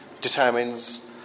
determines